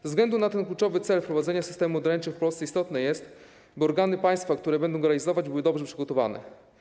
Ze względu na ten kluczowy cel wprowadzenia systemu e-doręczeń w Polsce istotne jest, by organy państwa, które będą go realizować, były dobrze przygotowane.